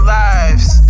lives